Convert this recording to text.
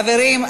חברים,